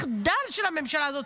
המחדל של הממשלה הזאת,